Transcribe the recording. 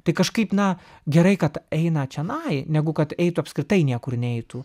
tai kažkaip na gerai kad eina čionai negu kad eitų apskritai niekur neitų